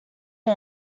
ont